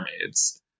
mermaids